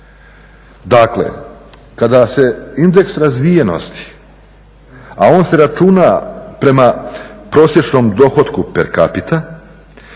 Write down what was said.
Dakle, kada se indeks razvijenosti, a on se računa prema prosječnom dohotku per capita,